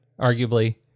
arguably